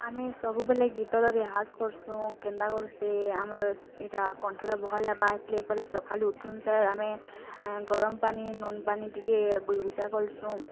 ଆମେ ସବୁବେଲେ ଗୀତର ରିହାଜ୍ କରସୁଁ କେନ୍ତାକରି ସେ ଆମର୍ ଇଟା କଣ୍ଠଟା ଭଲ୍ ହେବା ହେତିର୍ ଲାଗି ପହେଲା ସକାଲ୍ ଉଠୁନ୍ ଆମେ ଗରମ୍ ପାନି ନୁନ୍ ପାନି ଟିକେ କୁଲ୍ କୁଚା କରସୁଁ